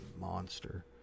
monster